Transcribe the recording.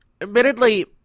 Admittedly